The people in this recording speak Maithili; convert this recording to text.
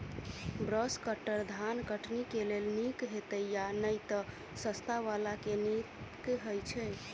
ब्रश कटर धान कटनी केँ लेल नीक हएत या नै तऽ सस्ता वला केँ नीक हय छै?